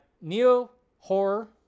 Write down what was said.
neo-horror